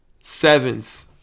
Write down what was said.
Sevens